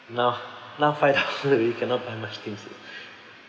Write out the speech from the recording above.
now now five dollar you cannot buy much things already